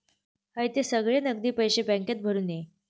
हयते सगळे नगदी पैशे बॅन्केत भरून ये